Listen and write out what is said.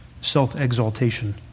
Self-exaltation